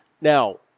Now